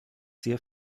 sehr